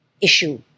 issue